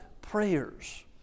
prayers